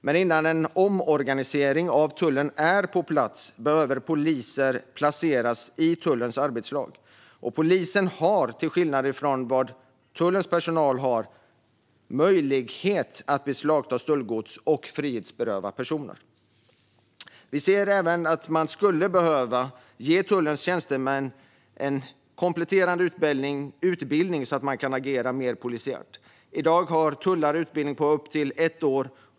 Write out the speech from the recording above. Men innan en omorganisering av tullen är på plats behöver poliser placeras i tullens arbetslag. Polisen har till skillnad från tullens personal möjlighet att beslagta stöldgods och frihetsberöva personer. Tullens tjänstemän skulle även behöva en kompletterande utbildning så att de kan agera mer polisiärt. I dag har tullare utbildning på upp till ett år.